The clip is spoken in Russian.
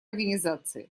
организации